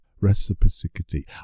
Reciprocity